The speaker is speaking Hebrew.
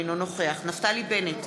אינו נוכח נפתלי בנט,